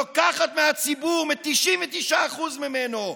לוקחת מהציבור, מ-99% ממנו,